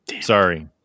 Sorry